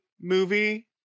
movie